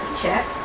check